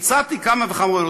הצעתי כמה וכמה הצעות.